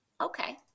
Okay